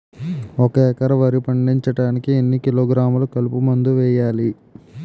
ఒక ఎకర వరి పండించటానికి ఎన్ని కిలోగ్రాములు కలుపు మందు వేయాలి?